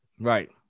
Right